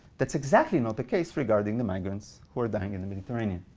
that's exactly not the case regarding the migrants who are dying in the mediterranean.